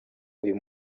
uyu